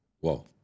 Whoa